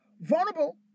Vulnerable